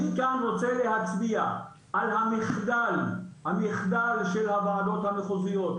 אני גם רוצה להצביע על המחדל של הוועדות המחוזיות.